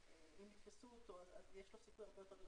אם יתפסו אותו אז יש לו סיכוי הרבה יותר גדול